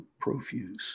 profuse